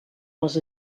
les